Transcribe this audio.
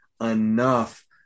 enough